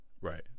right